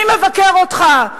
מי מבקר אותך.